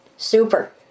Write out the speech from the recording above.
Super